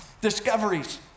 discoveries